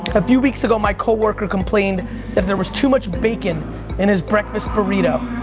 a few weeks ago my coworker complained that there was too much bacon in his breakfast burrito. um,